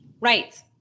Right